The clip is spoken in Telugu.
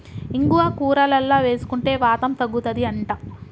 ఇంగువ కూరలల్ల వేసుకుంటే వాతం తగ్గుతది అంట